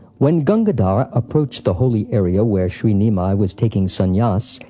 when gangadhar approached the holy area where shri nimai was taking sannyasa,